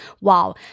Wow